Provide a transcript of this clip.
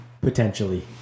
potentially